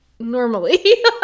Normally